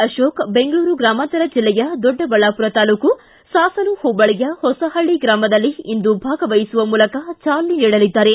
ಅಶೋಕ ಬೆಂಗಳೂರು ಗ್ರಾಮಾಂತರ ಜಿಲ್ಲೆಯ ದೊಡ್ಡಬಳ್ಳಾಪುರ ತಾಲ್ಡೂಕು ಸಾಸಲು ಹೋಬಳಿಯ ಹೊಸಹಳ್ಳಿ ಗ್ರಾಮದಲ್ಲಿ ಇಂದು ಭಾಗವಹಿಸುವ ಮೂಲಕ ಚಾಲನೆ ನೀಡಲಿದ್ದಾರೆ